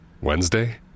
Wednesday